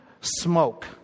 smoke